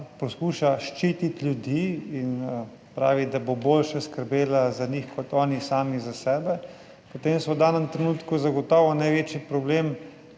poskuša ščititi ljudi in pravi, da bo boljše skrbela za njih kot oni sami za sebe, potem so v danem trenutku zagotovo največji problem